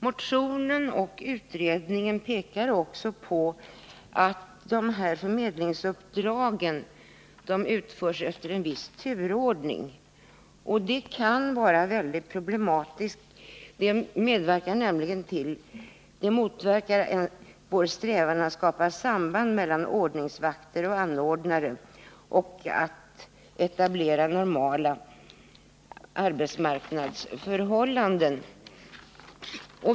Motionären pekar också på att förmedlingsuppdragen utförs efter viss turordning. Det kan vara väldigt problematiskt. Det motverkar vår strävan att skapa samband mellan ordningsvakter och anordnare och att etablera normala arbetsmarknadsförhållanden.